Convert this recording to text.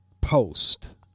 post